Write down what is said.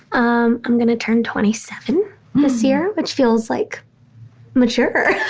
um i'm going to turn twenty seven this year, which feels like mature